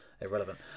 irrelevant